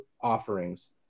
offerings